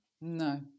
No